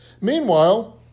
Meanwhile